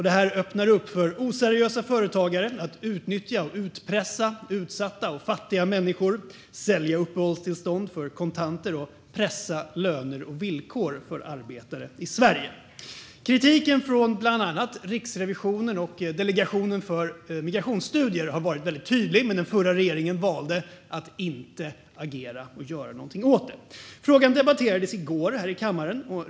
Detta öppnar upp för oseriösa företagare att utnyttja och utpressa utsatta och fattiga människor, att sälja uppehållstillstånd för kontanter och att pressa löner och villkor för arbetare i Sverige. Kritiken från bland andra Riksrevisionen och Delegationen för migrationsstudier har varit tydlig, men den förra regeringen valde att inte agera och göra någonting åt detta. Frågan debatterades i går här i kammaren.